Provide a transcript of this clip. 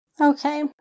Okay